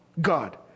God